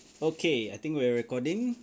okay I think we're recording